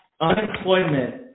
unemployment